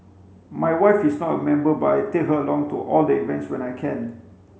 my wife is not a member but I take her along to all the events when I can